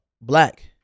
Black